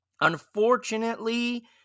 Unfortunately